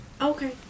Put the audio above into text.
Okay